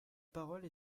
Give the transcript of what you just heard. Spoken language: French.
parole